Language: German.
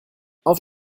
auf